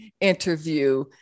interview